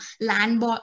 land